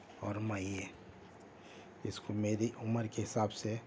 اور میں یہ اس کو میری عمر کے حساب سے